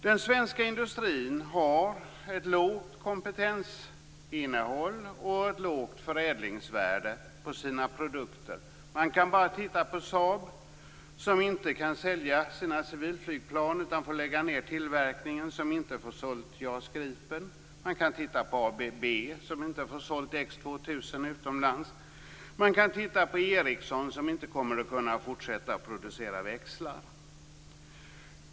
Den svenska industrin har ett lågt kompetensinnehåll och ett lågt förädlingsvärde på sina produkter. Man kan bara titta på Saab, som inte kan sälja sina civilflygplan utan får lägga ned tillverkningen och som inte får sålt JAS-Gripen. Man kan titta på ABB som inte får sålt X 2000 utomlands. Man kan titta på Ericsson som inte kommer att kunna fortsätta att producera växlar.